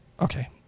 Okay